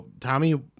Tommy